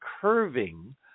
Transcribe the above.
curving